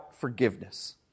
forgiveness